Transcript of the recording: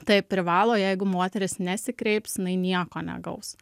taip privalo jeigu moteris nesikreips jinai nieko negaus